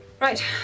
Right